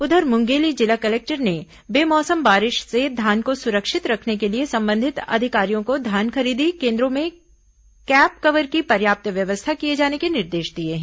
उधर मुंगेली जिला कलेक्टर ने बेमौसम बारिश से धान को सुरक्षित रखने के लिए संबंधित अधिकारियों को धान खरीदी कोन्द्रों में कैप कवर की पर्याप्त व्यवस्था किए जाने के निर्देश दिए हैं